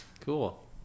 Cool